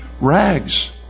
rags